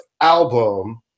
album